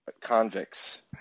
Convicts